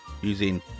using